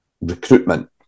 recruitment